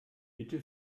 bitte